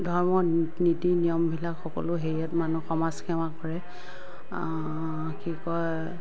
ধৰ্ম নীতি নি নিয়মবিলাক সকলো হেৰিয়াত মানুহ সমাজ সেৱা কৰে কি কয়